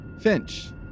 Finch